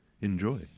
enjoy